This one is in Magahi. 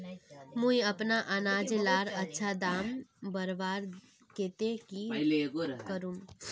मुई अपना अनाज लार अच्छा दाम बढ़वार केते की करूम?